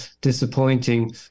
disappointing